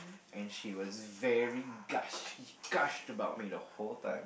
and she was gushed gushed about me the whole time